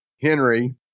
Henry